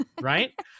right